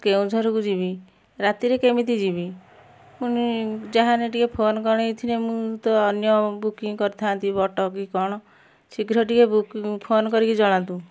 କେଉଁଝର କୁ ଯିବି ରାତିରେ କେମିତି ଯିବି ପୁଣି ଯାହା ହେନେ ଟିକେ ଫୋନ ଗଣେଇ ଥିନେ ମୁଁ ତ ଅନ୍ୟ ବୁକିଂ କରିଥାନ୍ତି ଅଟୋ କି କ'ଣ ଶୀଘ୍ର ଟିକେ ବୁକିଂ ଫୋନ କରିକି ଜଣାନ୍ତୁ